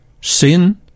Sin